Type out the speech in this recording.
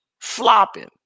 flopping